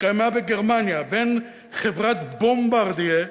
שהתקיימה בגרמניה בין חברת "בומברדיה"